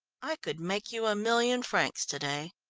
i could make you a million francs to-day.